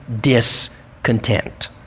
discontent